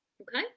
okay